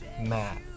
Matt